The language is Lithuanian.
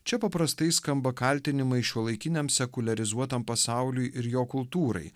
čia paprastai skamba kaltinimai šiuolaikiniam sekuliarizuotam pasauliui ir jo kultūrai